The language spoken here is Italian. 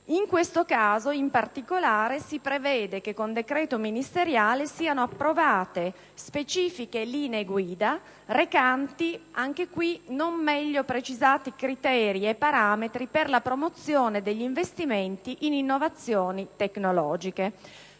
il controllo. In particolare, si prevede che con decreto ministeriale siano approvate specifiche linee guida recanti, anche in questo caso, non meglio precisati criteri e parametri per la promozione degli investimenti in innovazioni tecnologiche.